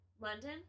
london